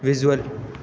visual